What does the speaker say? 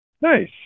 Nice